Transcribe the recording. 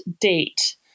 date